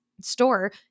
store